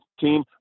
team